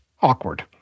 awkward